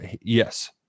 yes